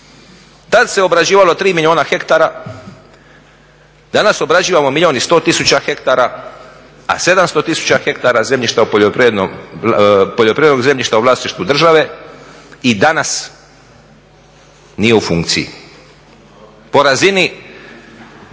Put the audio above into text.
tada se obrađivalo 3 milijuna hektara, danas obrađivamo milijun i 100 tisuća hektara, a 700 tisuća hektara poljoprivrednog zemljišta u vlasništvu države i danas nije u funkciji. Po razini,